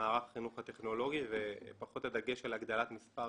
מערך החינוך הטכנולוגי ופחות הדגש על הגדלת מספר התלמידים.